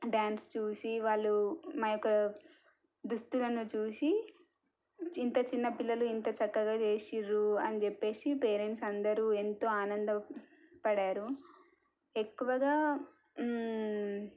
dance చూసి వాళ్ళు మాయెుక్క దుస్తులను చూసి ఇంత చిన్న పిల్లలు ఇంత చక్కగా చేసారు అని చెప్పేసి పేరెంట్స్ అందరు ఎంతో ఆనందం పడ్డారు ఎక్కువగా